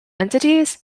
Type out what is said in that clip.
entities